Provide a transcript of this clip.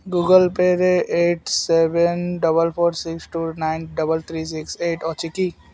Google ପେରେ eight seven double four six two nine double three six eight ଅଛି କି